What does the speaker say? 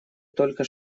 только